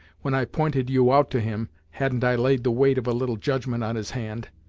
when i pointed you out to him, hadn't i laid the weight of a little judgment on his hand.